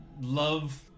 love